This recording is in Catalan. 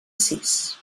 sis